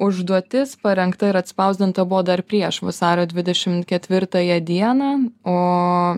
užduotis parengta ir atspausdinta buvo dar prieš vasario dvidešim ketvirtają dieną o